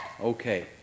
Okay